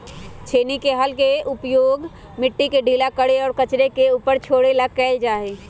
छेनी के हल के उपयोग मिट्टी के ढीला करे और कचरे के ऊपर छोड़े ला कइल जा हई